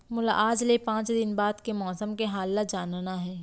मोला आज ले पाँच दिन बाद के मौसम के हाल ल जानना हे?